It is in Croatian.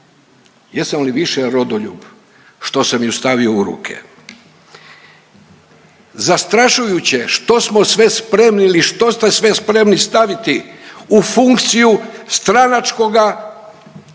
jesam li više rodoljub što sam ju stavio u ruke. Zastrašujuće što smo sve spremni ili što ste sve spremni staviti